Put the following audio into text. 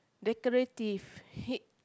decorative h~